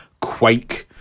Quake